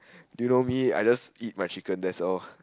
you know me I just eat my chicken that's all